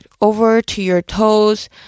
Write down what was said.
over-to-your-toes